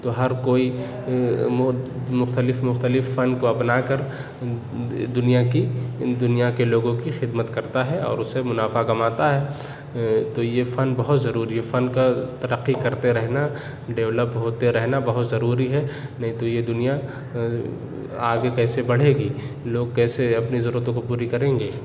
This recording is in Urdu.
تو ہر کوئی موت مختلف مختلف فن کو اپنا کر دو دُنیا کی دُنیا کے لوگوں کی خدمت کرتا ہے اور اُس سے مُنافع کماتا ہے تو یہ فن بہت ضروری ہے فن کا ترقی کرتے رہنا ڈیویلپ ہوتے رہنا بہت ضروری ہے نہیں تو یہ دُنیا آگے کیسے بڑھے گی لوگ کیسے اپنی ضرورتوں کو پوری کریں گے